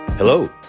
Hello